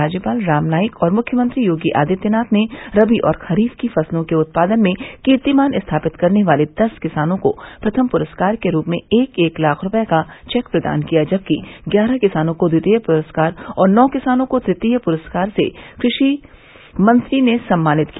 राज्यपाल रामनाईक और मुख्यमंत्री योगी आदित्यनाथ ने रबी और खरीफ की फसलों के उत्पादन में कीर्तिमान स्थापित करने वाले दस किसानों को प्रथम पुरस्कार के रूप में एक एक लाख रूपये का चेक प्रदान किया जबकि ग्यारह किसानों को द्वितीय पुरस्कार और नौ किसानों को तृतीय पुरस्कार से कृषि मंत्री ने सम्मानित किया